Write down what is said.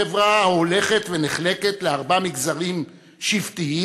חברה ההולכת ונחלקת לארבעה מגזרים שבטיים